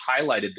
highlighted